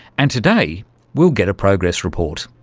and today we'll get a progress report.